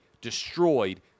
destroyed